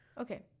Okay